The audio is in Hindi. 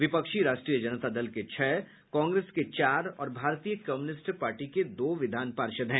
विपक्षी राष्ट्रीय जनता दल के छह कांग्रेस के चार और भारतीय कम्यूनिस्ट पार्टी के दो विधान पार्षद हैं